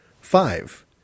Five